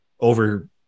over